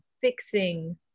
fixing